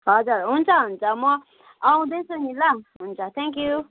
हजुर हुन्छ हुन्छ म आउँदैछु नि ल हुन्छ थ्याङ्क यु